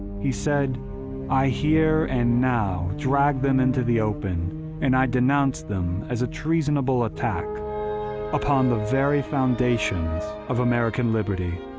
he said i here and now drag them into the open and i denounce them as a treasonable attack upon the very foundations of american liberty.